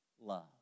love